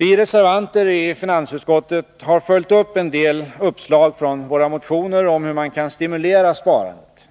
Vi reservanter i finansutskottet har föjt upp en del uppslag från våra motioner om hur man kan stimulera sparandet.